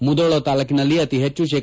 ಮುಧೋಳ ತಾಲೂಕಿನಲ್ಲಿ ಅತೀ ಹೆಚ್ಚು ಶೇ